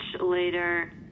later